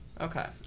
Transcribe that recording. okay